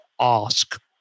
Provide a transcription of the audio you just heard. ask